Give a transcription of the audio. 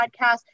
podcast